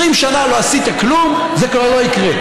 20 שנה לא עשית כלום, זה כבר לא יקרה.